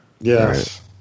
Yes